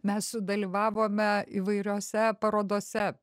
mes sudalyvavome įvairiose parodose